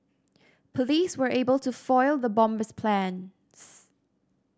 police were able to foil the bomber's plans